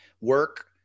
Work